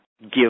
give